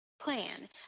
Plan